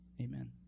Amen